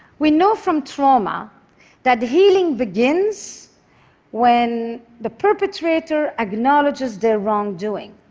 we know from trauma that healing begins when the perpetrator acknowledges their wrongdoing.